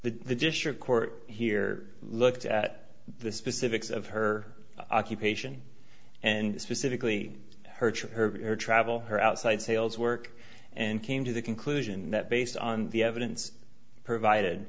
the district court here looked at the specifics of her occupation and specifically her church air travel her outside sales work and came to the conclusion that based on the evidence provided